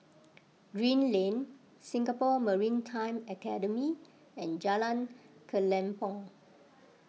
Green Lane Singapore Maritime Academy and Jalan Kelempong